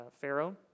Pharaoh